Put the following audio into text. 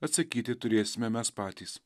atsakyti turėsime mes patys